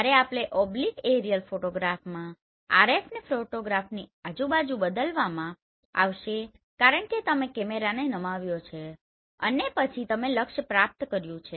જ્યારે oblique aerial ફોટોગ્રાફમાં RFને ફોટોગ્રાફની આજુ બાજુ બદલવામાં આવશે કારણ કે તમે કેમેરાને નમાવ્યો છે અને પછી તમે લક્ષ્ય પ્રાપ્ત કર્યું છે